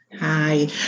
Hi